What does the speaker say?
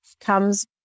comes